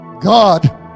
God